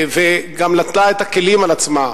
וגם נטלה את הכלים על עצמה,